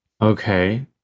Okay